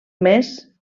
més